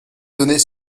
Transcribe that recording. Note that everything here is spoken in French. données